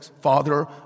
Father